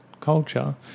culture